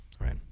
Right